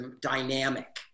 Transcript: dynamic